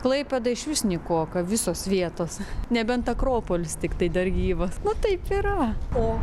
klaipėda išvis nykoka visos vietos nebent akropolis tiktai dar gyvas nu taip yra o